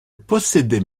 possédait